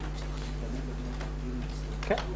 כן.